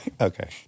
Okay